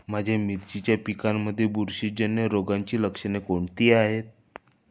माझ्या मिरचीच्या पिकांमध्ये बुरशीजन्य रोगाची लक्षणे कोणती आहेत?